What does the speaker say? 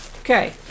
Okay